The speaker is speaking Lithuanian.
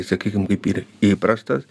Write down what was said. sakykim kaip ir įprastas